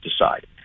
decide